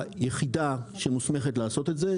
היחידה שמוסמכת לעשות את זה,